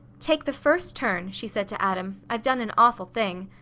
take the first turn, she said to adam. i've done an awful thing.